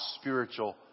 spiritual